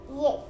Yes